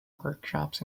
workshops